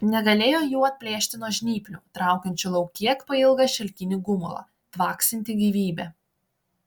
negalėjo jų atplėšti nuo žnyplių traukiančių lauk kiek pailgą šilkinį gumulą tvaksintį gyvybe